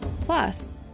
Plus